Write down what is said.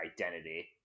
identity